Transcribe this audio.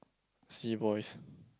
see boys